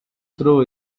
true